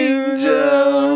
Angel